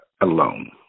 alone